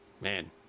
man